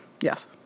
yes